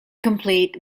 complete